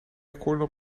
akkoorden